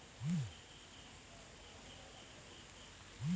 ಹೇಗೆ ವರ್ಗಾವಣೆ ಮಾಡುದು?